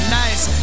nice